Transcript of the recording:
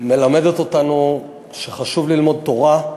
מלמדות אותנו שחשוב ללמוד תורה,